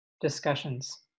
discussions